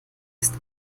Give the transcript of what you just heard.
ist